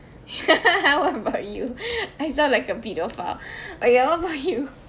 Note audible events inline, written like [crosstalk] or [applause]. [laughs] what about you [laughs] I sound like a paedophile [breath] okay what about you [laughs]